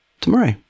tomorrow